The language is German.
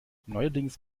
neuerdings